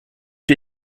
die